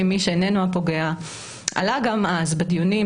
מי שאיננו הפוגע עלה גם אז בדיונים.